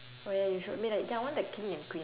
oh ya you showed me right K I want the king and queen